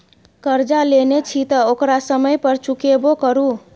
करजा लेने छी तँ ओकरा समय पर चुकेबो करु